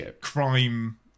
crime